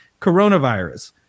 coronavirus